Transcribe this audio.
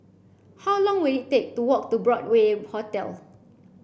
how long will it take to walk to Broadway Hotel